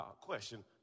question